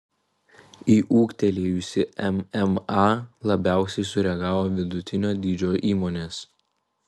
į ūgtelėjusį mma labiausiai sureagavo vidutinio dydžio įmonės